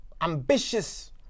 ambitious